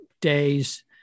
days